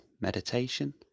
meditation